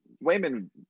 Wayman